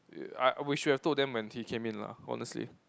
err uh we should have told them when he came in lah honestly